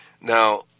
Now